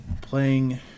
playing